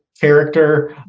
character